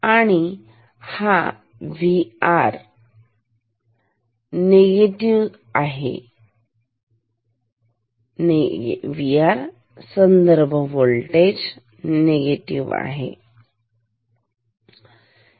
आणि हा Vr negative आहे ठीक